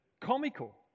comical